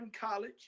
College